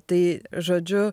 tai žodžiu